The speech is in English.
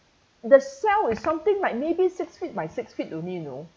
the cell is something like maybe six feet by six feet only you know